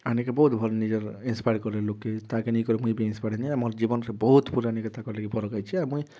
ଆର୍ ନାଇ କାଏଁ ବହୁତ୍ ଭଲ୍ ନିଜର୍ ଇନ୍ସ୍ପାୟର୍ କଲେ ଲୁକ୍କେ ତା'କେ ନେଇକରି ମୁଇଁ ବି ଇନ୍ସ୍ପାୟାର୍ଡ଼୍ ହେଇଛେଁ ଆର୍ ମୋର୍ ଜୀବନ୍ରେ ବହୁତ୍ ପୂରା ନି କାଏଁ ତାଙ୍କର୍ ଲାଗି ଫରକ୍ ଆଇଛେ ଆଉ ମୁଇଁ